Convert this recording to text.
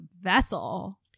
vessel